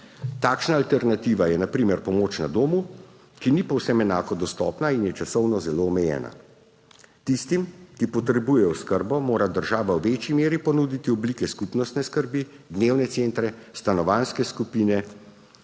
Takšna alternativa je na primer pomoč na domu, ki ni povsem enako dostopna in je časovno zelo omejena. Tistim, ki potrebujejo oskrbo, mora država v večji meri ponuditi oblike skupnostne skrbi, dnevne centre, stanovanjske skupine,